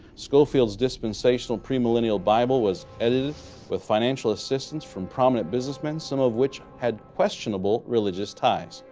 scofield's dispensational, premillennial bible was edited with financial assistance from prominent businessmen, some of which had questionable religious ties.